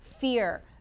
fear